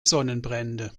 sonnenbrände